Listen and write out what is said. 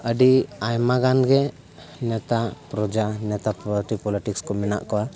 ᱟᱹᱰᱤ ᱟᱭᱢᱟᱜᱟᱱᱜᱮ ᱱᱮᱛᱟ ᱯᱨᱚᱡᱟ ᱱᱮᱛᱟ ᱯᱟᱨᱴᱤ ᱯᱚᱞᱤᱴᱤᱠᱥᱠᱚ ᱢᱮᱱᱟᱜ ᱠᱚᱣᱟ